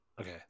okay